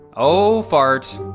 oh fart.